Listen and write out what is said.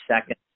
second